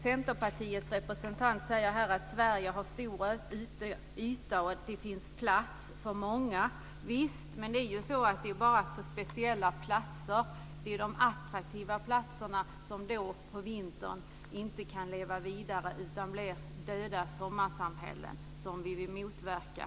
Centerpartiets representant sade att Sverige har en stor yta och att det finns plats för många. Visst, men det är bara på speciella platser, de attraktiva platserna, som på vintern inte kan leva vidare utan blir döda sommarsamhällen, något som vi vill motverka.